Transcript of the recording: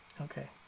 okay